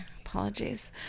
Apologies